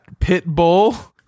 pitbull